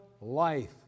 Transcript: life